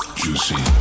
juicy